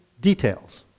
Details